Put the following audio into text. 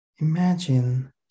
Imagine